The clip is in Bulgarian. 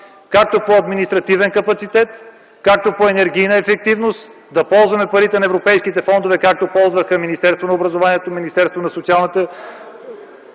както по „Административен капацитет”, както по „Енергийна ефективност”, да ползваме парите на европейските фондове, както ги ползваха Министерството на образованието, Министерството на социалната